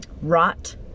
rot